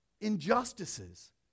injustices